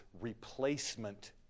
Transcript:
replacement